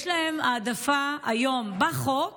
יש להם העדפה היום בחוק